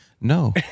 No